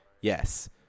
Yes